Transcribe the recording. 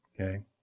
Okay